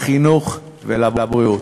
לחינוך ולבריאות.